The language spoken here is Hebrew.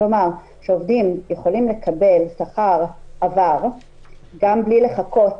כלומר שעובדים יכולים לקבל שכר עבר גם בלי לחכות